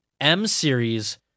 M-series